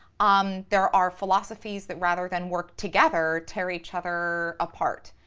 um there are philosophies that, rather than work together, tear each other apart.